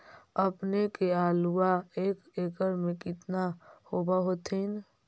अपने के आलुआ एक एकड़ मे कितना होब होत्थिन?